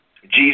Jesus